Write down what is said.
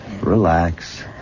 relax